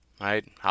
right